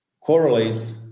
correlates